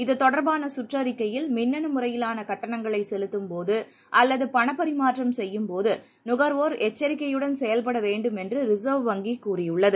இது தொடர்பான சுற்றறிக்கையில் மின்னனு முறையிலான கட்டணங்களை செலுத்தும்போது அல்லது பணபரிமாற்றம் செய்யும் போது நுகர்வோர் எச்சரிக்கையுடன் செயல்பட வேண்டும் என்று ரிசர்வ் வங்கி கூறியுள்ளது